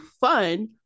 fun